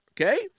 Okay